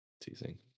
teasing